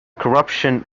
corruption